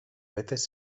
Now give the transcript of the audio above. veces